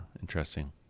Interesting